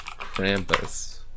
Krampus